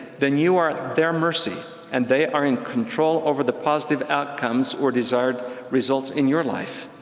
then you are at their mercy and they are in control over the positive outcomes or desired results in your life.